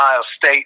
State